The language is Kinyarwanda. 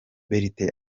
bertin